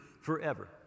forever